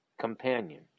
companion